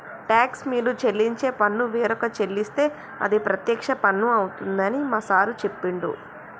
talks మీరు చెల్లించే పన్ను వేరొక చెల్లిస్తే అది ప్రత్యక్ష పన్ను అవుతుందని మా సారు చెప్పిండు